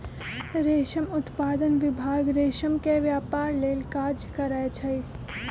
रेशम उत्पादन विभाग रेशम के व्यपार लेल काज करै छइ